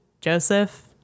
Joseph